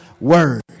word